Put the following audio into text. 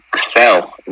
Sell